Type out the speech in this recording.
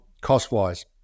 cost-wise